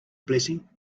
blessing